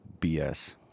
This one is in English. BS